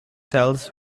tells